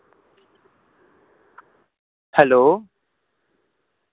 hello